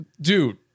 Dude